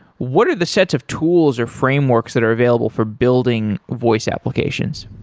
what are the sets of tools, or frameworks that are available for building voice applications?